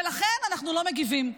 ולכן אנחנו לא מגיבים.